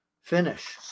finish